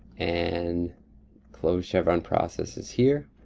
and close chevron processes here.